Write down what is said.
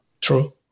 True